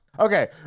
Okay